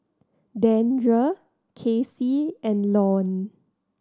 Dandre Casey and Lorne